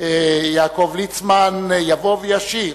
יעקב ליצמן, יבוא וישיב